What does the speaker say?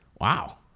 Wow